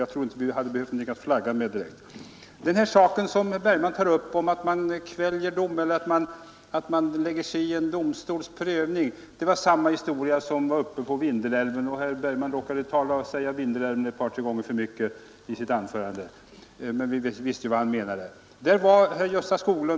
Jag tror därför inte att vi hade behövt reservera oss för att ha någonting att flagga med. Herr Bergman talar om att vi vill lägga oss i en domstols prövning. Samma historia var uppe i fråga om Vindelälven — herr Bergman råkade här säga Vindelälven ett par tre gånger för mycket i sitt anförande, men vi förstod vad han menade.